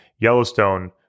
Yellowstone